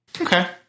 Okay